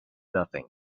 nothing